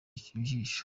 jisho